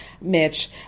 Mitch